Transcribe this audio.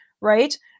Right